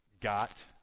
got